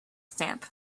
stamp